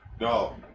No